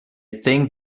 think